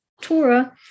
Torah